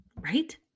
Right